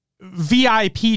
VIP